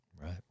Right